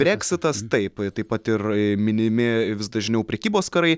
breksitas taip taip pat ir minimi vis dažniau prekybos karai